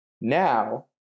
Now